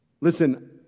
Listen